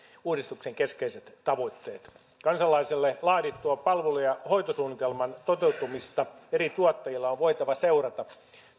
uudistuksen keskeiset tavoitteet kansalaiselle laaditun palvelu ja hoitosuunnitelman toteutumista eri tuottajilla on voitava seurata